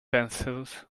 pencils